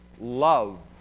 love